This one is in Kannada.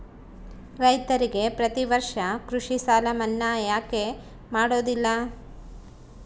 ರೈತರಿಗೆ ಪ್ರತಿ ವರ್ಷ ಕೃಷಿ ಸಾಲ ಮನ್ನಾ ಯಾಕೆ ಮಾಡೋದಿಲ್ಲ?